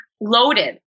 loaded